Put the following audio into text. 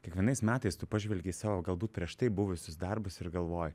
kiekvienais metais tu pažvelgi į savo galbūt prieš tai buvusius darbus ir galvoji